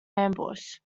ambush